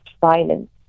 violence